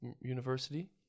university